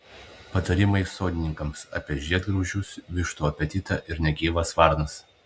patarimai sodininkams apie žiedgraužius vištų apetitą ir negyvas varnas